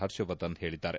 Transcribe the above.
ಹರ್ಷವರ್ಧನ್ ಹೇಳಿದ್ದಾರೆ